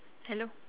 hello